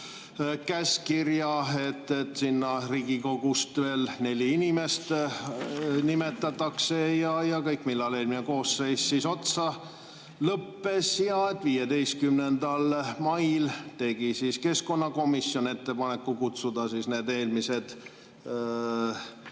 käskkirja, et sinna Riigikogust veel neli inimest nimetataks, ja millal eelmine koosseis otsa lõppes. Ja et 15. mail tegi keskkonnakomisjon ettepaneku kutsuda need eelmised